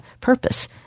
purpose